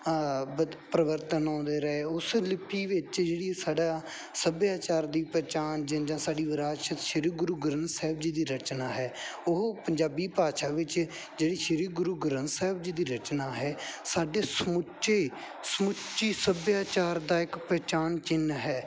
ਵਤ ਪਰਿਵਰਤਨ ਆਉਂਦੇ ਰਹੇ ਉਸ ਲਿਪੀ ਵਿੱਚ ਜਿਹੜੀ ਸਾਡਾ ਸੱਭਿਆਚਾਰ ਦੀ ਪਹਿਚਾਣ ਸਾਡੀ ਵਿਰਾਸਤ ਸ਼੍ਰੀ ਗੁਰੂ ਗ੍ਰੰਥ ਸਾਹਿਬ ਜੀ ਦੀ ਰਚਨਾ ਹੈ ਉਹ ਪੰਜਾਬੀ ਭਾਸ਼ਾ ਵਿੱਚ ਜਿਹੜੀ ਸ਼੍ਰੀ ਗੁਰੂ ਗ੍ਰੰਥ ਸਾਹਿਬ ਜੀ ਦੀ ਰਚਨਾ ਹੈ ਸਾਡੇ ਸਮੁੱਚੇ ਸਮੁੱਚੀ ਸੱਭਿਆਚਾਰ ਦਾ ਇੱਕ ਪਹਿਚਾਣ ਚਿੰਨ੍ਹ ਹੈ